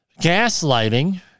gaslighting